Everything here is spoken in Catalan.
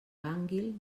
gànguil